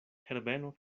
herbeno